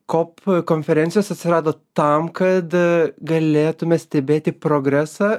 kop konferencijos atsirado tam kad galėtume stebėti progresą